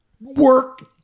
work